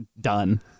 done